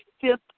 fifth